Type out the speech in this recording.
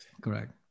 Correct